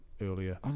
earlier